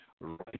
right